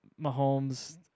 Mahomes